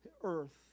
earth